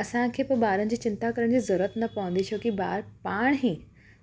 असांखे पोइ ॿारनि जी चिंता करण जी ज़रूरत न पवंदी छोकी ॿार पाण ई